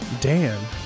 dan